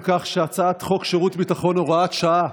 חוק שירות ביטחון (הוראת שעה)